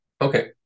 Okay